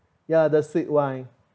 ya the sweet wine